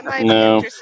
No